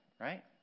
right